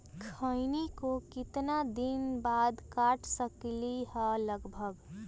खैनी को कितना दिन बाद काट सकलिये है लगभग?